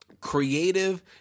creative